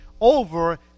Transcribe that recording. over